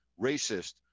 racist